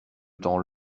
temps